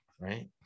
right